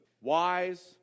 Wise